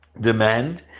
demand